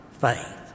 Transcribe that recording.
faith